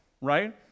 right